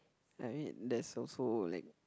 I mean there's also like